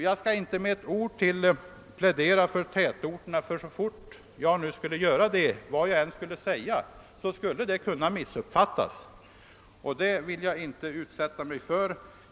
Jag skall inte med ett enda ord ytterligare plädera för tätorterna; vad jag än skulle säga skulle det kunna missuppfattas, och det vill jag inte utsätta mig för.